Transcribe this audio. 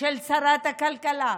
של שרת הכלכלה,